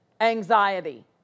anxiety